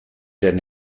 ren